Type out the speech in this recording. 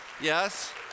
Yes